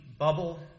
bubble